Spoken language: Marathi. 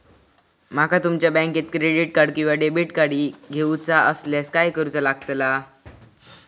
माका तुमच्या बँकेचा क्रेडिट कार्ड किंवा डेबिट कार्ड घेऊचा असल्यास काय करूचा लागताला?